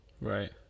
Right